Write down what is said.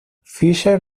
fischer